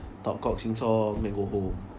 talk cock sing song then go home